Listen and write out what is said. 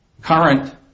current